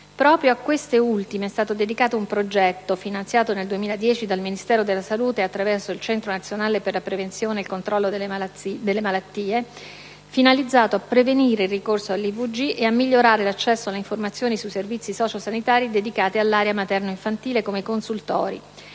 Proprio a queste ultime è stato dedicato un progetto, finanziato nel 2010 dal Ministero della salute attraverso il Centro nazionale per la prevenzione e il controllo delle malattie, finalizzato a prevenire il ricorso all'IVG e a migliorare l'accesso alle informazioni sui servizi sociosanitari dedicati all'area materno-infantile, come i consultori,